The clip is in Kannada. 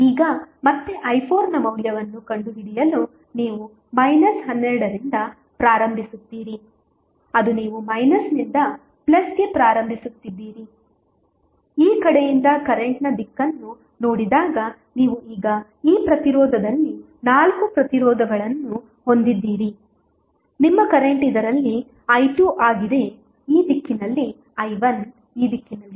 ಈಗ ಮತ್ತೆ i4 ನ ಮೌಲ್ಯವನ್ನು ಕಂಡುಹಿಡಿಯಲು ನೀವು 12 ರಿಂದ ಪ್ರಾರಂಭಿಸುತ್ತೀರಿ ಅದು ನೀವು ಮೈನಸ್ ನಿಂದ ಪ್ಲಸ್ಗೆ ಪ್ರಾರಂಭಿಸುತ್ತಿದ್ದೀರಿ ಈ ಕಡೆಯಿಂದ ಕರೆಂಟ್ನ ದಿಕ್ಕನ್ನು ನೋಡಿದಾಗ ನೀವು ಈಗ ಈ ಪ್ರತಿರೋಧದಲ್ಲಿ ನಾಲ್ಕು ಪ್ರತಿರೋಧಗಳನ್ನು ಹೊಂದಿದ್ದೀರಿ ನಿಮ್ಮ ಕರೆಂಟ್ ಇದರಲ್ಲಿ i2 ಆಗಿದೆ ಈ ದಿಕ್ಕಿನಲ್ಲಿ i1 ಈ ದಿಕ್ಕಿನಲ್ಲಿದೆ